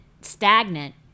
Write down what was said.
stagnant